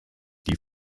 die